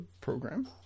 program